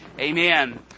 Amen